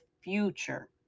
future